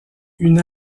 une